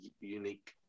unique